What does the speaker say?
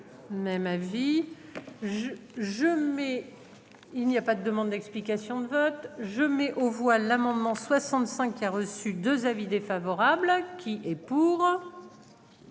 je mais. Il n'y a pas de demande d'explications de vote, je mets aux voix l'amendement 65 qui a reçu 2 avis défavorables. Qui est pour.